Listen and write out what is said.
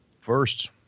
First